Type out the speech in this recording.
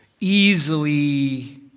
easily